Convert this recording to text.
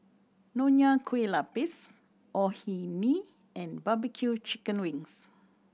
Nonya Kueh Lapis Orh Nee and B B Q chicken wings